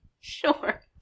Sure